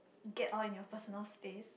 get all in your first notice